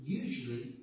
usually